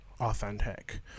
authentic